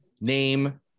name